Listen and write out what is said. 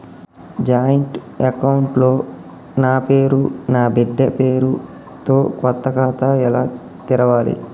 Joint account లో నా పేరు నా బిడ్డే పేరు తో కొత్త ఖాతా ఎలా తెరవాలి?